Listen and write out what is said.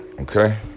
okay